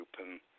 open